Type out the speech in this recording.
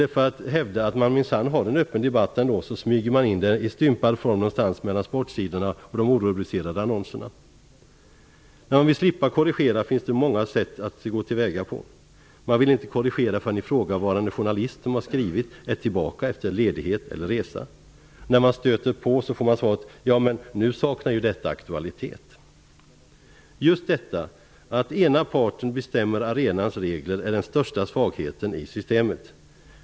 För att hävda att man minsann har en öppen debatt smyger man in det i stympad form någonstans mellan sportsidorna och de orubicerade annonserna. Det finns många sätt att gå tillväga när man vill slippa korrigera. Man vill inte korrigera förrän den journalist som har skrivit artikeln är tillbaka efter en ledighet eller en resa. När man stöter på får man svaret att detta saknar aktualitet nu. Just detta att ena parten bestämmer arenans regler är den största svagheten i systemet.